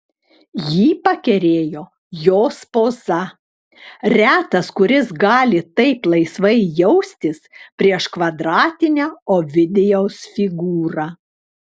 jį pakerėjo jos poza retas kuris gali taip laisvai jaustis prieš kvadratinę ovidijaus figūrą